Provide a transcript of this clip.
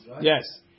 Yes